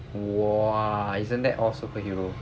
!wah! isn't that all superhero